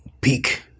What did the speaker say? peak